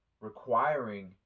requiring